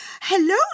Hello